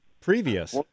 Previous